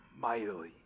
mightily